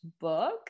book